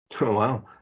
Wow